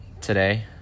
today